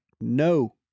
no